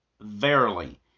verily